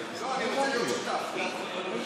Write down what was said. ימצא עבודה ולא יתאפשר לו